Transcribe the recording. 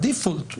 הדיפולט,